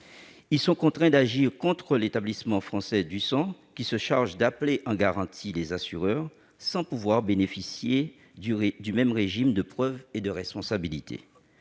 et sont contraints d'agir contre l'Établissement français du sang, qui se charge d'appeler en garantie les assureurs sans pouvoir bénéficier du même régime de preuves et de responsabilité.